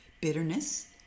Bitterness